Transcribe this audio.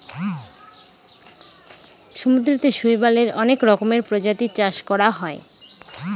সমুদ্রতে শৈবালের অনেক রকমের প্রজাতির চাষ করা হয়